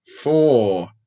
four